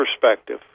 perspective